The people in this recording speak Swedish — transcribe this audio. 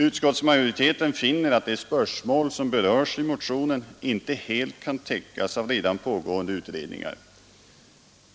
Utskottsmajoriteten finner att de spörsmål som berörs i motionen inte helt kan täckas av redan pågående utredningar.